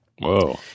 whoa